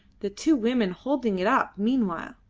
the two women holding it up meanwhile,